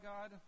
God